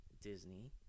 disney